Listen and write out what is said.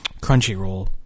Crunchyroll